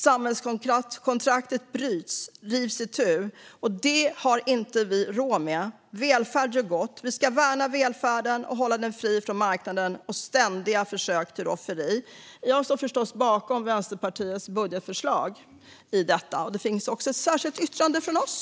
Samhällskontraktet bryts, rivs itu, och det har vi inte råd med. Välfärd gör gott. Vi ska värna välfärden och hålla den fri från marknadens ständiga försök till rofferi. Jag står förstås bakom Vänsterpartiets budgetförslag, och det finns också ett särskilt yttrande från oss.